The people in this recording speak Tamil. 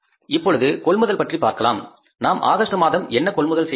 இப்பொழுது கொள்முதல் பற்றி பார்க்கலாம் நாம் ஆகஸ்ட் மாதம் என்ன கொள்முதல் செய்தோம்